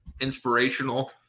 inspirational